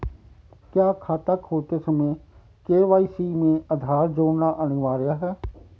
क्या खाता खोलते समय के.वाई.सी में आधार जोड़ना अनिवार्य है?